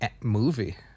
movie